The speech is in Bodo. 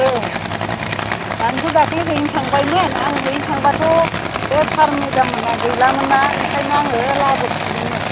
औ आंथ' दाख्लिहायनो थांबायमोन आं हैनो थांबाथ' बे सार मेदाम मोनहा गैलामोनना ओंखाइनो आङो लाबोफिनदोंमोन